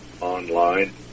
online